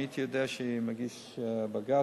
אם הייתי יודע שהיא מגישה בג"ץ,